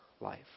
life